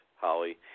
Holly